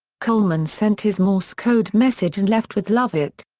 coleman sent his morse code message and left with lovett.